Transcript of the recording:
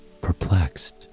perplexed